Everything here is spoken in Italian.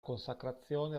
consacrazione